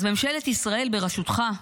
אז ממשלת ישראל בראשותך,